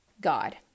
God